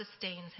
sustains